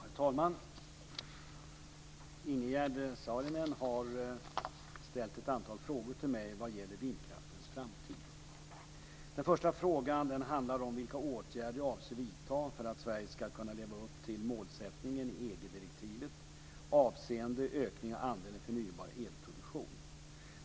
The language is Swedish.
Herr talman! Ingegerd Saarinen har ställt ett antal frågor till mig vad gäller vindkraftens framtid. Den första frågan handlar om vilka åtgärder jag avser att vidta för att Sverige ska kunna leva upp till målsättningarna i EG-direktivet avseende ökning av andelen förnybar elproduktion.